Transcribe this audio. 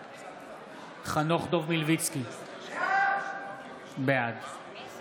בעד חנוך דב מלביצקי, בעד ארז מלול,